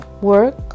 work